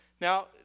Now